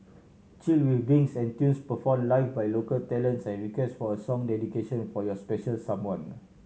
chill with drinks and tunes performed live by local talents and request for a song dedication for your special someone